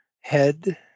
head